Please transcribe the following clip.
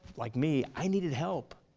like me, i needed help.